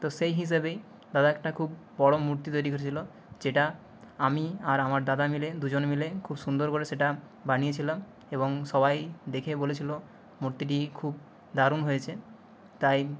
তো সেই হিসেবেই দাদা একটা খুব বড়ো মূর্তি তৈরি করছিলো যেটা আমি আর আমার দাদা মিলে দুজন মিলে খুব সুন্দর করে সেটা বানিয়েছিলাম এবং সবাই দেখে বলেছিলো মূর্তিটি খুব দারুণ হয়েছে তাই